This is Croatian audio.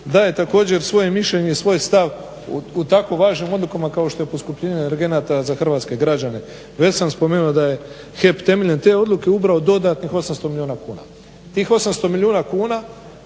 daje također svoje mišljenje i svoj stav u tako važnim odlukama kao što je poskupljenje energenata za hrvatske građane. Već sam spomenuo da je HEP temeljem te odluke ubrao dodatnih 800 milijuna kuna. Tih 800 milijuna kuna